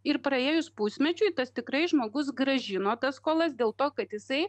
ir praėjus pusmečiui tas tikrai žmogus grąžino tas skolas dėl to kad jisai